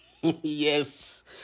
Yes